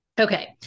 Okay